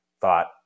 thought